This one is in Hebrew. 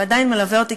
ועדיין מלווה אותי,